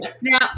Now